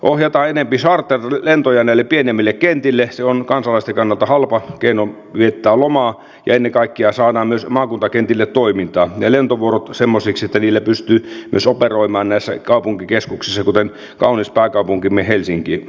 ohjataan enempi charter lentoja näille pienemmille kentille se on kansalaisten kannalta halpa keino viettää lomaa ja ennen kaikkea saadaan myös maakuntakentille toimintaa ja lentovuorot semmoisiksi että niillä pystyy myös operoimaan näissä kaupunkikeskuksissa kuten kaunis pääkaupunkimme helsinki